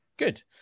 Good